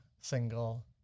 single